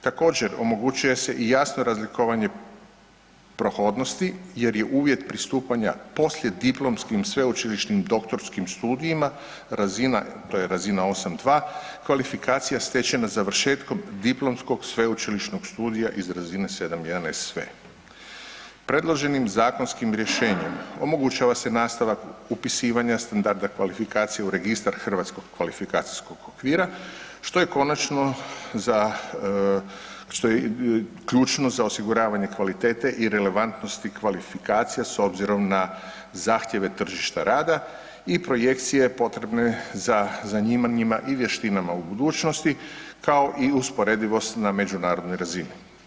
Također, omogućuje se i jasno razlikovanje prohodnosti jer je uvjeti pristupanja poslijediplomskim sveučilišnim doktorskim studijima razina, to je razina 8.2, kvalifikacija stečena završetkom diplomskog sveučilišnog studija iz razine 7.1 SV. Predloženim zakonskim rješenjem omogućava se nastavak upisivanja standarda kvalifikacija u Registar HKO-a što je ključno za osiguravanje kvalitete i relevantnosti kvalifikacija s obzirom na zahtjeve tržišta rada i projekcije potrebe za zanimanjima i vještinama u budućnosti kao i usporedivost na međunarodnoj razini.